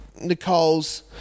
Nicole's